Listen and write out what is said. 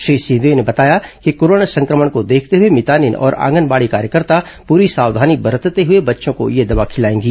श्री सिंहदेव ने बताया कि कोरोना संक्रमण को देखते हुए मितानिन और आंगनबाड़ी कार्यकर्ता पूरी सावधानी बरतते हुए बच्चों को ये दवा खिलाएंगी